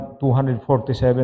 247